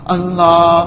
Allah